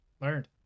Learned